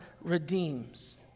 redeems